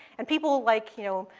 and people like, you know,